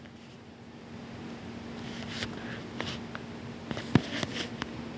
इंटरनेटच्या माध्यमातून विक्री केल्यास त्याचा फायदा होईल का?